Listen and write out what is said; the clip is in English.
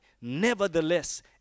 Nevertheless